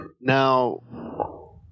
Now